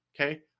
okay